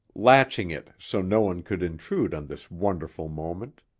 latching it so no one could intrude on this wonderful moment.